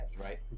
right